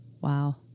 Wow